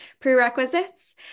prerequisites